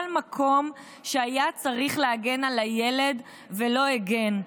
כל מקום שהיה צריך להגן על הילד ולא הגן.